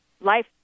life